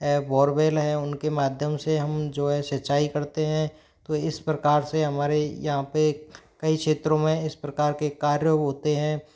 है बोरेवेल है उन के माध्यम से हम जो है सीचाई करते हैं तो इस प्रकार से हमारे यहाँ पर कई क्षेत्रों में इस प्रकार के कार्य होते हैं